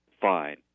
fine